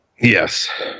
Yes